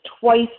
twice